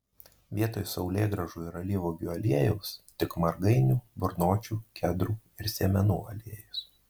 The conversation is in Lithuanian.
vietoj saulėgrąžų ir alyvuogių aliejaus tik margainių burnočių kedrų ir sėmenų aliejus